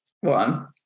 one